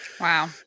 Wow